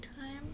time